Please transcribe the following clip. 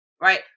Right